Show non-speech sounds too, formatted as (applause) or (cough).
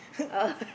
(noise)